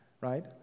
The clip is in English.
Right